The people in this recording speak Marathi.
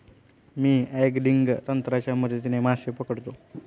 मी अँगलिंग तंत्राच्या मदतीने मासे पकडतो